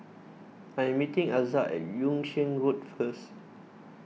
I am meeting Elza at Yung Sheng Road first